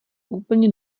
úplně